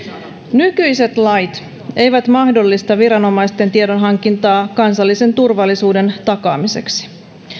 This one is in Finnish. nykyiset lait eivät mahdollista viranomaisten tiedonhankintaa kansallisen turvallisuuden takaamiseksi